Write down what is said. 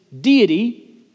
deity